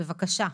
בבקשה.